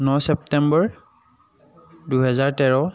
ন September দুহেজাৰ তেৰ